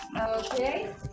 Okay